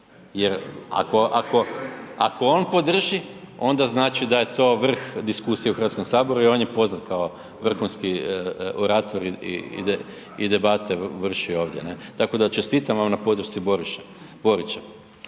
jer ako on podrži onda znači da je to vrh diskusije u Hrvatskom saboru i on je poznat kao vrhunski orator i debate vrši ovdje, ne. Tako da čestitam vam na podršci Borića.